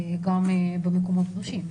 גם במקומות קדושים.